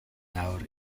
nawr